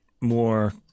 more